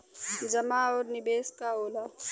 जमा और निवेश का होला?